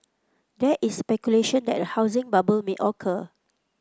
there is speculation that a housing bubble may occur